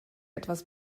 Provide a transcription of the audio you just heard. etwas